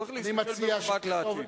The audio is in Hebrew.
צריך להסתכל על העתיד.